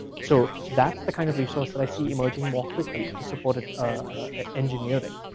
so that's the kind of resource that i see emerging more quickly to supported ah engineering.